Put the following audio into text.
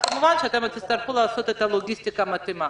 כמובן אתם תצטרכו לעשות את הלוגיסטיקה המתאימה.